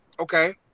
okay